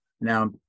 now